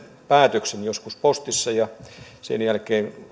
päätöksen joskus postissa ja sen jälkeen